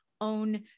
own